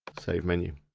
save menu.